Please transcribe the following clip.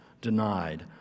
denied